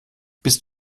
bist